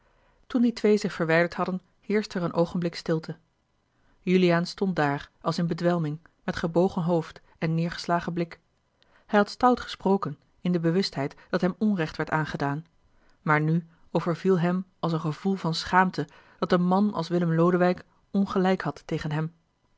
toen die twee zich verwijderd hadden heerschte er een oogenblik stilte juliaan stond dààr als in bedwelming met gebogen hoofd en neêrgeslagen blik hij had stout gesproken in de bewustheid dat hem onrecht werd aangedaan maar nu overviel hem als een gevoel van schaamte dat een man als willem lodewijk ongelijk had tegen hem